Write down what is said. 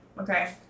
okay